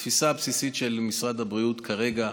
התפיסה הבסיסית של משרד הבריאות כרגע,